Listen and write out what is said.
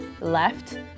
left